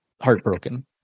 heartbroken